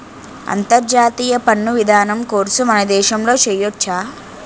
అంతర్జాతీయ పన్ను విధానం కోర్సు మన దేశంలో చెయ్యొచ్చా